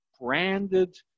branded